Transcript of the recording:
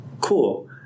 cool